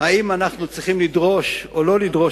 אם אנחנו צריכים לדרוש או לא לדרוש